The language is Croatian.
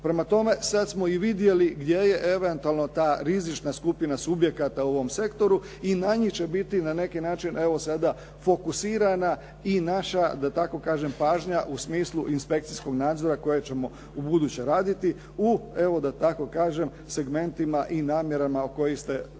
Prema tome, sad smo i vidjeli gdje je eventualno ta rizična skupina subjekata u ovom sektoru i na njih će biti na neki način evo sada fokusirana i naša da tako kažem pažnja u smislu inspekcijskog nadzora koje ćemo ubuduće raditi u evo da tako kažem segmentima i namjerama o kojima sete vi